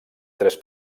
tres